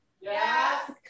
Yes